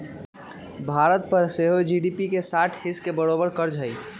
भारत पर सेहो जी.डी.पी के साठ हिस् के बरोबर कर्जा हइ